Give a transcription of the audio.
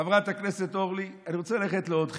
חברת הכנסת אורלי, אני רוצה ללכת לעוד חלק.